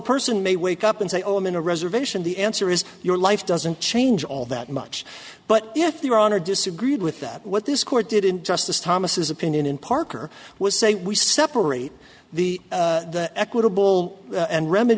person may wake up and say oh i'm in a reservation the answer is your life doesn't change all that much but if you're on a disagreed with that what this court did in justice thomas opinion in parker was say we separate the equitable and remedy